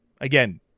Again